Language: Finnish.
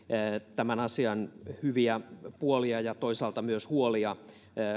tämän asian hyviä puolia ja toisaalta myös huolia